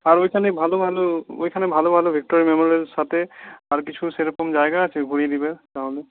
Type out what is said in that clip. আর ওইখানে ভালো ভালো ওইখানে ভালো ভালো ভিক্টোরিয়া মেমোরিয়াল সাথে আর কিছু সেরকম জায়গায় আছে ঘুরিয়ে দেবে তাহলে